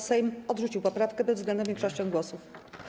Sejm odrzucił poprawkę bezwzględną większością głosów.